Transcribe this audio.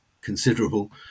considerable